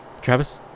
travis